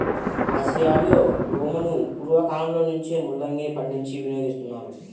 ఆసియాలో రోమను పూర్వ కాలంలో నుంచే ముల్లంగిని పండించి వినియోగిస్తున్నారు